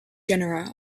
genera